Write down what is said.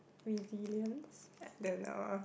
resilience then uh